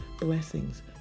blessings